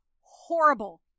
horrible